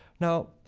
now,